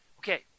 Okay